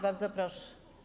Bardzo proszę.